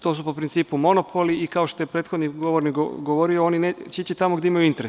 To su po principu monopoli i, kao što je prethodni govornik govorio, oni će ići tamo gde imaju interes.